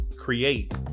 create